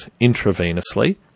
intravenously